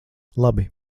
labi